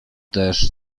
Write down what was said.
też